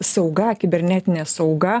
sauga kibernetinė sauga